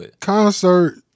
concert